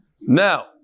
Now